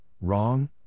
wrong